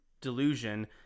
delusion